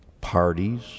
parties